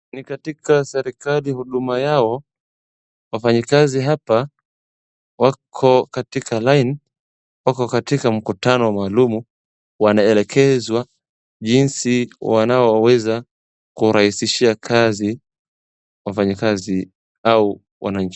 Ni katika serikali huduma yao wafanyikazi wako katika line , wako katika mkutano maalumu wanaelekezwa jinsi wanaoweza kurahihishia kazi wafanyikazi au wananchi.